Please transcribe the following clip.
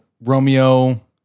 Romeo